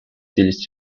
deals